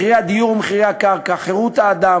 מחירי הדיור ומחירי הקרקע, חירות האדם,